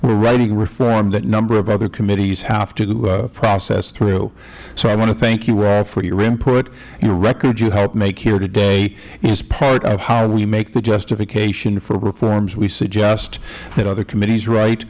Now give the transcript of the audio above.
are writing reform that a number of other committees have to process through so i want to thank you all for your input your record you helped make here today is part of how we make the justification for reforms we suggest that other committees wri